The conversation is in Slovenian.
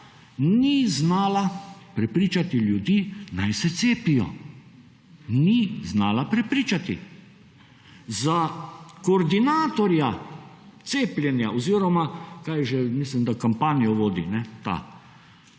ni znala prepričati ljudi naj se cepijo. Ni znala prepričati. Za koordinatorja cepljenja oziroma kaj je že mislim, da kampanjo vodi ta.